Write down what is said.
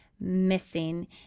missing